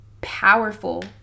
powerful